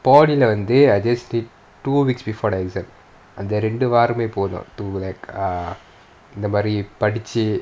polytechnic leh வந்து:vanthu I just did two weeks before the exam அந்த ரெண்டு வாரமே போதும்:antha rendu vaaramae pothum to like err இந்த மாரி படிச்சி:intha maari padichi